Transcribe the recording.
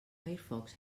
firefox